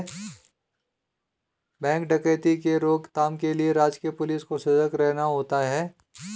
bank डकैती के रोक थाम के लिए राजकीय पुलिस को सजग रहना होता है